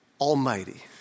Almighty